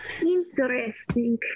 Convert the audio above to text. Interesting